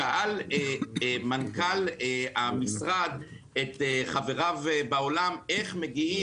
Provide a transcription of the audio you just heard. שאל מנכ"ל המשרד את חבריו באולם איך מגיעים,